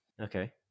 Okay